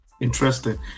Interesting